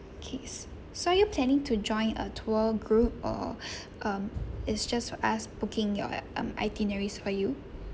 okay so are you planning to join a tour group or um it's just for us booking your um itineraries for you